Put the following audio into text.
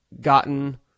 gotten